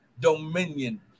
dominion